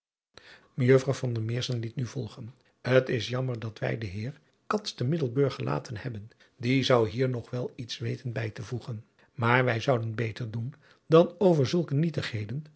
ejuffrouw liet nu volgen t s jammer dat wij den heer te iddelburg gelaten hebben die zou hier nog wel iets weten bij te voegen maar wij zouden beter doen dan over zulke nietigheden